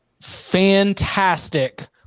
fantastic